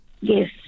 Yes